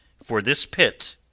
for this pitt,